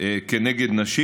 כנגד נשים.